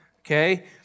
Okay